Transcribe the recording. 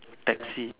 taxi